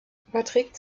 überträgt